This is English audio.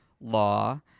law